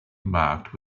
marked